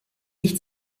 ich